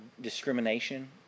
discrimination